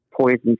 poison